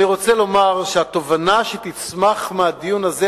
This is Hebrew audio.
אני רוצה לומר שהתובנה שתצמח מהדיון הזה,